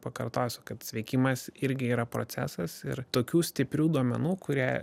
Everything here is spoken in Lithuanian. pakartosiu kad sveikimas irgi yra procesas ir tokių stiprių duomenų kurie